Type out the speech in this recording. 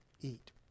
eat